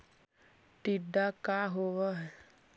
टीडा का होव हैं?